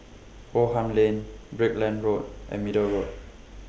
Oldham Lane Brickland Road and Middle Road